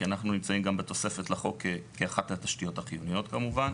כי אנחנו נמצאים גם בתוספת לחוק כאחת התשתיות החיוניות כמובן.